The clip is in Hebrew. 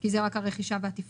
כי זה רק הרכישה והתפעול?